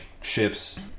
ships